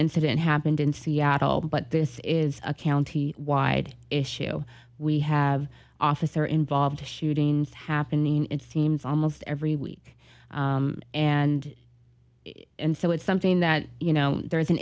incident happened in seattle but this is a county wide issue we have officer involved shootings happening it seems almost every week and and so it's something that you know there is an